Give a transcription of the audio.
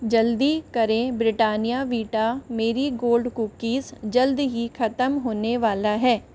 जल्दी करें Britannia Vita Marie Gold cookies जल्द ही ख़त्म होने वाला है